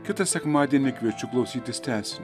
kitą sekmadienį kviečiu klausytis tęsinio